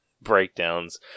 breakdowns